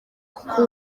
kuko